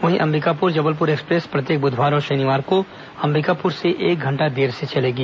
वहीं अंबिकापुर जबलपुर एक्सप्रेस प्रत्येक बुधवार और शनिवार को अंबिकापुर से एक घंटा देर से चलेगी